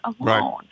alone